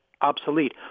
obsolete